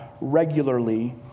regularly